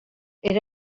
era